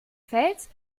fels